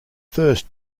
first